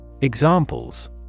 Examples